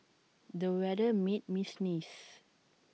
the weather made me sneeze